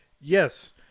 Yes